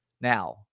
Now